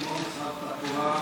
כמו משרד התחבורה,